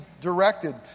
directed